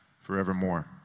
forevermore